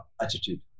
attitude